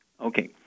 Okay